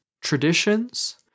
traditions